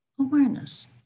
awareness